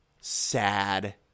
sad